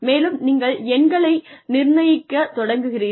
மேலும் நீங்கள் எண்களை நிர்ணயிக்கத் தொடங்குகிறீர்கள்